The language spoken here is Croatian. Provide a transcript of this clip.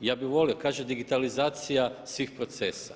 Ja bi volio, kaže digitalizacija svih procesa,